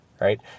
right